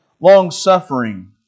long-suffering